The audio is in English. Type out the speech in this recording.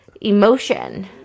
emotion